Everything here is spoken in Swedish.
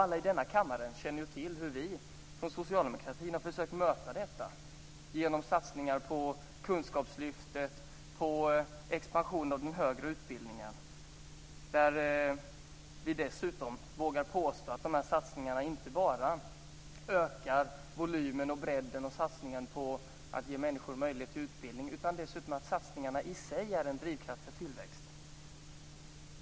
Alla i denna kammare känner till hur vi inom socialdemokratin har försökt möta detta genom satsningar på kunskapslyftet och på en expansion av den högre utbildningen. Vi vågar påstå att de här satsningarna inte bara ökar volymen och bredden och även människors möjligheter till utbildning utan också i sig är en drivkraft för tillväxt.